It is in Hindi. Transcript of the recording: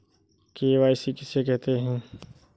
के.वाई.सी किसे कहते हैं?